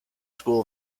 school